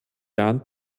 jahren